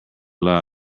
luck